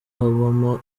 habamo